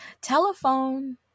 telephone